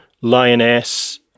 Lioness